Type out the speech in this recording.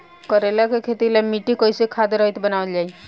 करेला के खेती ला मिट्टी कइसे खाद्य रहित बनावल जाई?